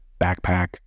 backpack